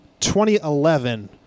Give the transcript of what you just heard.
2011